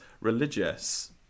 religious